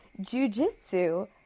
jujitsu